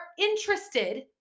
interested